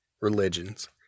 religions